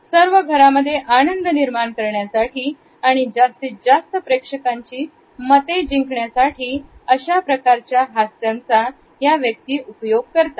सर्व घरांमध्ये आनंद निर्माण करण्यासाठी आणि जास्तीत जास्त प्रेक्षकांची मध्ये जिंकण्यासाठी अशा प्रकारच्या हास यांचा ह्या व्यक्ती उपयोग करतात